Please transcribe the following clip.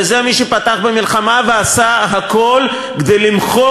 וזה מי שפתח במלחמה ועשה הכול כדי למחוק